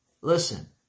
Listen